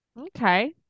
Okay